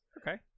okay